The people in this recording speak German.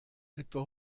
etwa